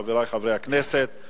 חברי חברי הכנסת,